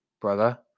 brother